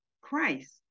Christ